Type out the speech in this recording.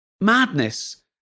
madness